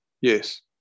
Yes